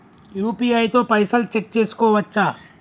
UPI తో పైసల్ check చేసుకోవచ్చా?